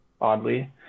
oddly